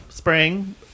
spring